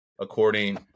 according